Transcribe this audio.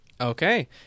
Okay